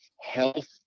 health